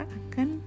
akan